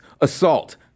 assault